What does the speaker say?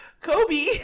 Kobe